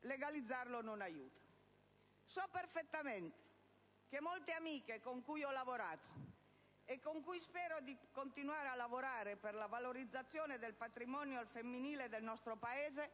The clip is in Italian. Legalizzarlo non aiuta. So perfettamente che molte amiche con cui ho lavorato, e con cui spero di continuare a lavorare, per la valorizzazione del patrimonio al femminile del nostro Paese